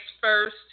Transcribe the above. first